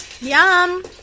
Yum